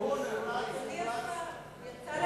הוא נרתם למשחק כדור-יד בדימונה.